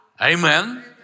Amen